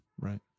Right